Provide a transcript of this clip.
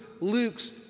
Luke's